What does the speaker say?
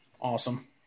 Awesome